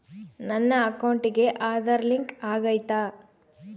ನನ್ನ ಅಕೌಂಟಿಗೆ ಆಧಾರ್ ಲಿಂಕ್ ಆಗೈತಾ?